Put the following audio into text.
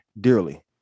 dearly